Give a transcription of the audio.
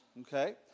okay